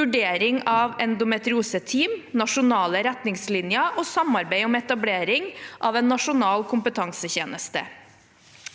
vurdering av endometrioseteam, nasjonale retningslinjer og samarbeid om etablering av en nasjonal kompetansetjeneste.